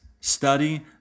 study